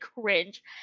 cringe